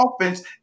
offense